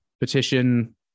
petition